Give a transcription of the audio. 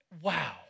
Wow